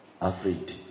afraid